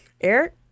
Eric